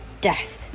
death